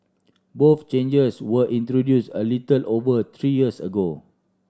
both changes were introduce a little over three years ago